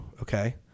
okay